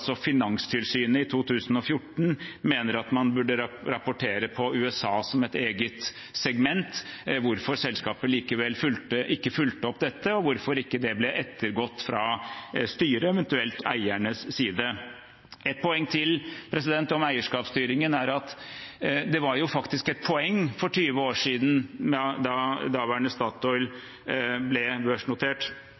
Finanstilsynet i 2014 mente man burde rapportere på USA som et eget segment, hvorfor selskapet likevel ikke fulgte opp dette, og hvorfor det ikke ble ettergått fra styrets, eventuelt eiernes side. Ett poeng til om eierskapsstyringen er at det faktisk var et poeng for 20 år siden da daværende Statoil